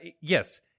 Yes